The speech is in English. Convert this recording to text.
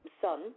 son